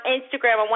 Instagram